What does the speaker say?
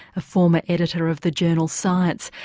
a former editor of the journal science,